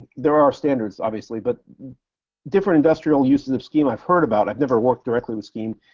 there are standards, obviously, but different industrial uses of scheme i've heard about, i've never worked directly with scheme,